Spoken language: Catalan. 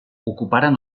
ocuparen